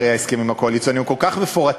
הרי ההסכמים הקואליציוניים הם כל כך מפורטים.